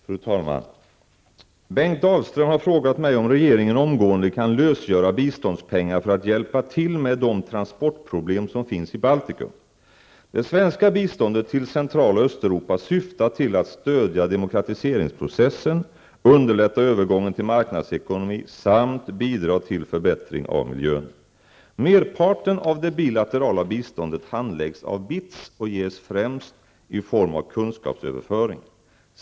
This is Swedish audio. Fru talman! Bengt Dalström har frågat mig om regeringen omgående kan lösgöra biståndspengar för att hjälpa till med de transportproblem som finns i Baltikum. Det svenska biståndet till Central och Östeuropa syftar till att stödja demokratiseringsprocessen, underlätta övergången till marknadsekonomi samt bidra till en förbättring av miljön. Merparten av det bilaterala biståndet handläggs av BITS och ges främst i form av kunskapsöverföring.